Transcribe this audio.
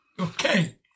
okay